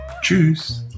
Tschüss